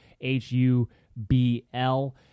H-U-B-L